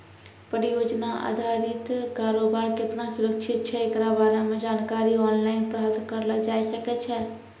परियोजना अधारित कारोबार केतना सुरक्षित छै एकरा बारे मे जानकारी आनलाइन प्राप्त करलो जाय सकै छै